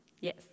Yes